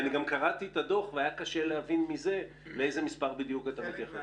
קראתי את הדוח והיה קשה להבין ממנו לאיזה מספר אתה מתייחס.